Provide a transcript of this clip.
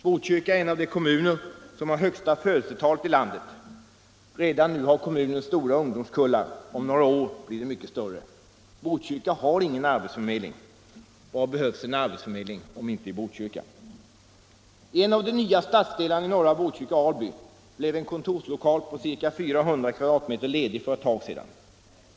Botkyrka är en av de kommuner som har högsta födelsetalet i landet. Redan nu har kommunen stora ungdomskullar, om några år blir de mycket större! Botkyrka har ingen arbetsförmedling. Var behövs en arbetsförmedling om inte i Botkyrka? I en av de nya stadsdelarna i Norra Botkyrka, Alby, blev en kontorslokal på ca 400 m' ledig för ett tag sedan.